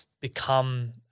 become